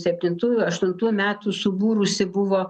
septintų aštuntų metų subūrusi buvo